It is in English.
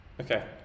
Okay